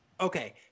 Okay